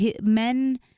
men